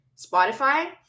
Spotify